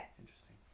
Interesting